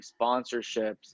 sponsorships